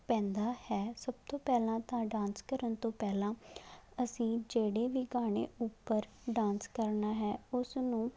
ਪੈਂਦਾ ਹੈ ਸਭ ਤੋਂ ਪਹਿਲਾਂ ਤਾਂ ਡਾਂਸ ਕਰਨ ਤੋਂ ਪਹਿਲਾਂ ਅਸੀਂ ਜਿਹੜੇ ਵੀ ਗਾਣੇ ਉੱਪਰ ਡਾਂਸ ਕਰਨਾ ਹੈ ਉਸ ਨੂੰ